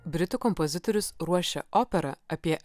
britų kompozitorius ruošia operą apie